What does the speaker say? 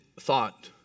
thought